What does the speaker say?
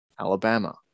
Alabama